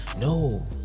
No